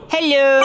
Hello